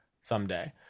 someday